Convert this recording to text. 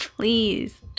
Please